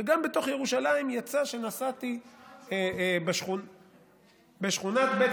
וגם בתוך ירושלים יצא שנסעתי בשכונת בית